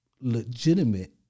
legitimate